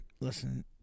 Listen